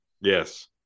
yes